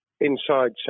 Inside